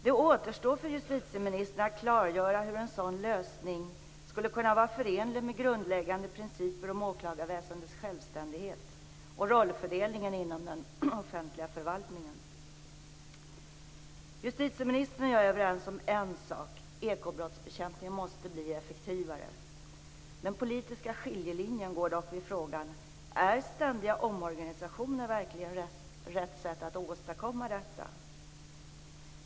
Det återstår för justitieministern att klargöra hur en sådan lösning skulle kunna vara förenlig med grundläggande principer om åklagarväsendets självständighet och rollfördelningen inom den offentliga förvaltningen. Justitieministern och jag är överens om en sak, nämligen att ekobrottsbekämpningen måste bli effektivare. Den politiska skiljelinjen går dock vid frågan: Är ständiga omorganisationer verkligen rätta sättet att åstadkomma detta?